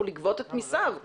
לגבות את מיסיו בעצמו.